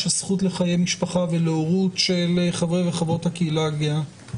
הזכות לחיי משפחה ולהורות של חברי וחברות הקהילה הגאה,